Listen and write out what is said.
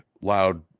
loud